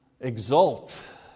exult